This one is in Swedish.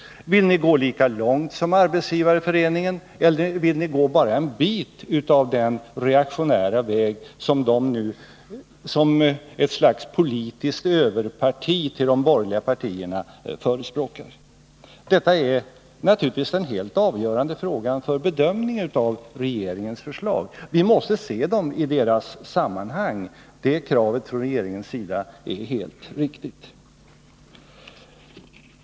Vill ni gå lika långt som Arbetsgivareföreningen eller vill ni gå bara en bit av den reaktionära väg som Arbetsgivareföreningen såsom ett slags politiskt överparti till de borgerliga partierna förespråkar? Detta är naturligtvis en helt avgörande fråga för bedömningen av regeringens förslag. Vi måste se frågorna i deras sammanhang — det kravet från regeringens sida är helt riktigt.